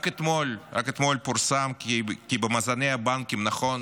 רק אתמול פורסם כי במאזני הבנקים, נכון